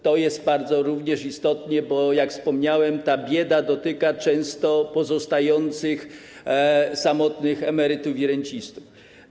To jest również bardzo istotne, bo jak wspomniałem, ta bieda dotyka często pozostających samotnych emerytów i rencistów.